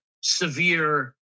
severe